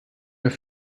mehr